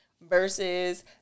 versus